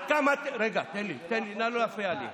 הוועדה הבין-משרדית תשב ותבחן לעומק את הדרכים המיטביות להעברת האחריות